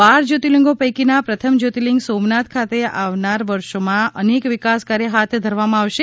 બાર જયોતિર્લિંગો પૈકીના પ્રથમ જ્યોતિર્લીંગ સોમનાથ ખાતે આવનાર વર્ષોમાં અનેક વિકાસ કાર્ય હાથ ધરવામાં આવશે